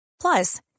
Plus